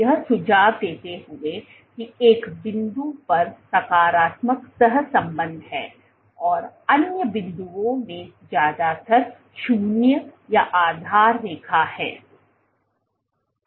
यह सुजाव देते हुए कि एक बिंदु पर एक सकारात्मक सहसंबंध है और अन्य बिंदुओं में ज्यादातर 0 या आधार रेखा है